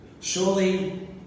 Surely